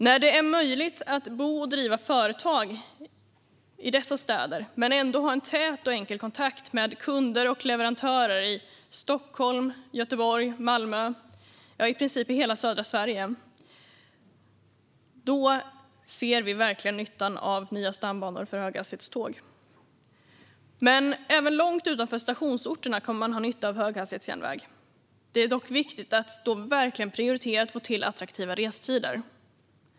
När det är möjligt att bo och driva företag i dessa städer men ändå ha en tät och enkel kontakt med kunder och leverantörer i Stockholm, Göteborg och Malmö - ja, i princip i hela södra Sverige - ser vi verkligen nyttan av nya stambanor för höghastighetståg. Men även långt utanför stationsorterna kommer man att ha nytta av höghastighetsjärnväg. Det är dock viktigt att då verkligen prioritera att få till attraktiva restider.